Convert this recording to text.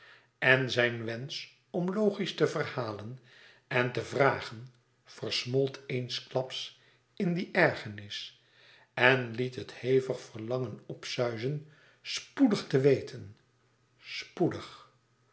en zijn wensch om logisch te verhalen en te vragen versmolt eensklaps in die ergernis en liet het hevig verlangen opsuizen spoedig te weten spoedig